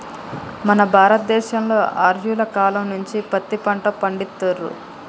మన భారత దేశంలో ఆర్యుల కాలం నుంచే పత్తి పంట పండిత్తుర్రు